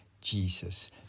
Jesus